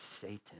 Satan